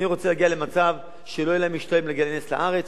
אני רוצה להגיע למצב שלא יהיה להם משתלם להיכנס לארץ,